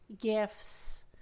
gifts